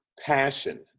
passion